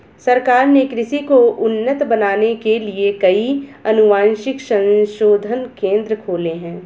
सरकार ने कृषि को उन्नत बनाने के लिए कई अनुवांशिक संशोधन केंद्र खोले हैं